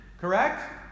correct